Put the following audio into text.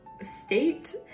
state